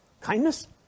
kindness